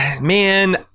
man